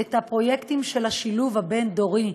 פרויקטים של השילוב הבין-דורי: